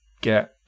get